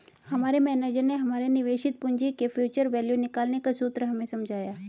हमारे मेनेजर ने हमारे निवेशित पूंजी की फ्यूचर वैल्यू निकालने का सूत्र हमें समझाया